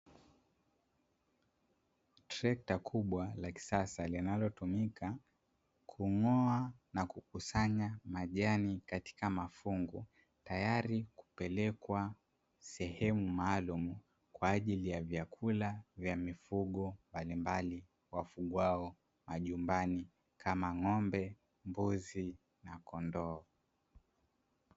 Trekta kubwa la kisasa linalotumika kung'oa na kukusanya majani katika mafungu, tayari kupelekwa sehemu maalumu kwa ajili ya vyakula vya mifugo mbalimbali, wafugwao majumbani kama ng'ombe, mbuzi na kondoo.